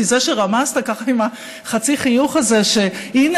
כי זה שרמזת עם החצי חיוך הזה: הינה,